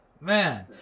man